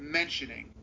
mentioning